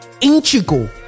Integral